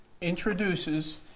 introduces